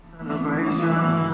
Celebration